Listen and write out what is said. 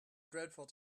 dreadful